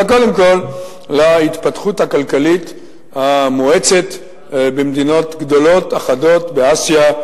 אלא קודם כול להתפתחות הכלכלית המואצת במדינות גדולות אחדות באסיה,